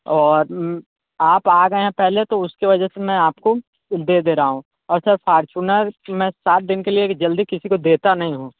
और आप आ गए हैं पहले तो उसके वजह से मैं आपको दे दे रहा हूँ और सर फॉर्च्यूनर मैं सात दिन के लिए एक जल्दी किसी को देता नहीं हूँ